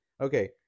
okay